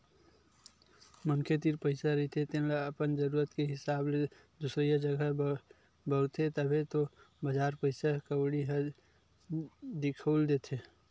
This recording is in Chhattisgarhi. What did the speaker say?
मनखे तीर पइसा रहिथे तेन ल अपन जरुरत के हिसाब ले दुसरइया जघा बउरथे, तभे तो बजार पइसा कउड़ी ह दिखउल देथे